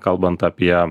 kalbant apie